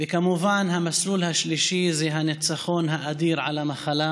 כמובן, המסלול השלישי זה הניצחון האדיר על המחלה